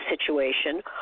situation